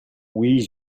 oui